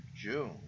June